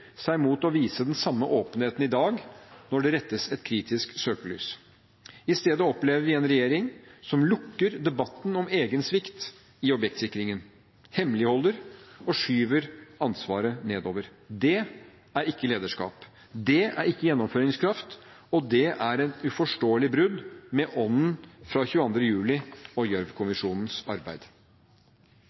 seg mot å vise den samme åpenheten i dag når det rettes et kritisk søkelys. I stedet opplever vi en regjering som lukker debatten om egen svikt i objektsikringen, hemmeligholder og skyver ansvaret nedover. Det er ikke lederskap, det er ikke gjennomføringskraft, og det er et uforståelig brudd med ånden fra 22. juli og Gjørv-kommisjonens arbeid.